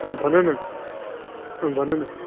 भन न भन न